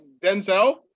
Denzel